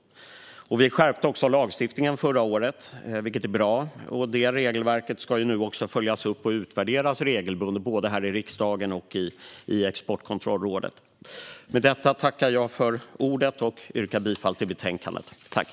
Vi skärpte lagstiftningen förra året, vilket är bra. Det regelverket ska följas upp och utvärderas regelbundet, både här i riksdagen och i Exportkontrollrådet. Med detta tackar jag för ordet och yrkar bifall till utskottets förslag i betänkandet.